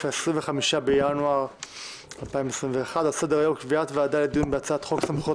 25 בינואר 2021. על סדר-היום: קביעת ועדה לדיון בהצעת חוק סמכויות